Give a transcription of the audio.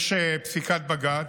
יש פסיקת בג"ץ,